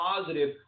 positive